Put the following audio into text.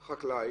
חקלאי,